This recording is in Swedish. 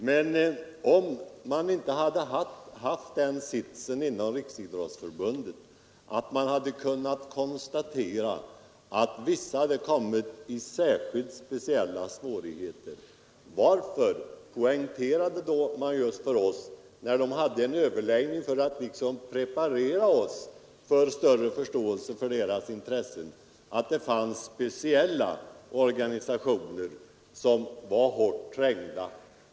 Men om man inte hade befunnit sig i den situationen inom Riksidrottsförbundet att man hade kunnat konstatera att vissa föreningar råkat i alldeles speciella svårigheter, varför poängterade man just för oss — vid en överläggning för att preparera oss för att vi skulle få större förståelse för deras intressen — att det fanns speciella organisationer som var hårt trängda?